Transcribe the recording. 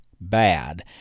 bad